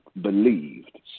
believed